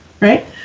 right